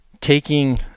taking